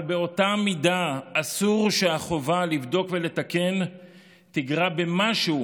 אבל באותה מידה אסור שהחובה לבדוק ולתקן תגרע במשהו